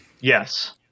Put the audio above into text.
yes